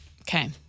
Okay